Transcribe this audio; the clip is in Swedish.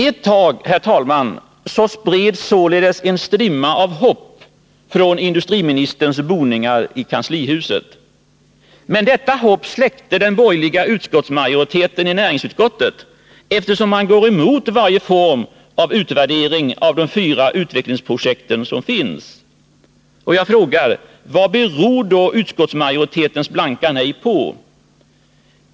Ett tag, herr talman, spreds således en strimma av hopp från industriministerns boningar i kanslihuset. Men detta hopp släckte den borgerliga utskottsmajoriteten i näringsutskottet, eftersom man går emot varje form av utvärdering av de fyra utvecklingsprojekt som finns. Vad beror då utskottsmajoritetens blanka nej på?